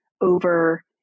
over